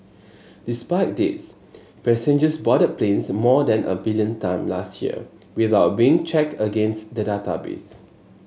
despite this passengers boarded planes more than a billion time last year without being checked against the database